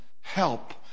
help